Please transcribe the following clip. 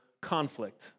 conflict